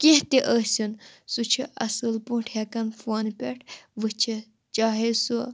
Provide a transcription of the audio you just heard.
کیٚنٛہہ تہِ ٲسِنۍ سُہ چھِ اَصٕل پٲٹھۍ ہٮ۪کان فونہٕ پٮ۪ٹھ وٕچھِتھ چاہے سُہ